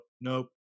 Nope